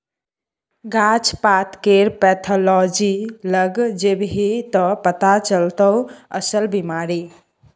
गाछ पातकेर पैथोलॉजी लग जेभी त पथा चलतौ अस्सल बिमारी